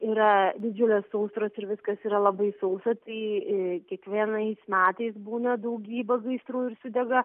yra didžiulė sausros ir viskas yra labai sausa tai kiekvienais metais būna daugybė gaisrų ir sudega